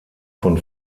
von